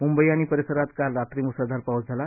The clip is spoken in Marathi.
मुंबई आणि परिसरात काल रात्री मुसळधार पाऊस झाला